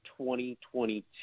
2022